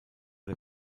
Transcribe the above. der